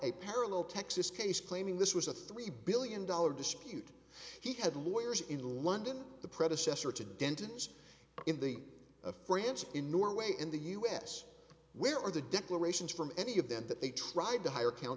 a parallel texas case claiming this was a three billion dollar dispute he had lawyers in london the predecessor to denton's in the a france in norway in the us where are the declarations from any of them that they tried to hire coun